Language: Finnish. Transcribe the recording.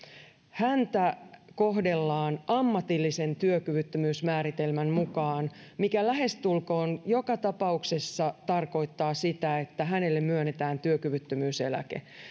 häntä kohdellaan ammatillisen työkyvyttömyysmääritelmän mukaan mikä lähestulkoon joka tapauksessa tarkoittaa sitä että hänelle myönnetään työkyvyttömyyseläke